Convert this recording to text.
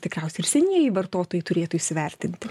tikriausiai ir senieji vartotojai turėtų įsivertinti